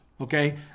okay